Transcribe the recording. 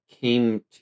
came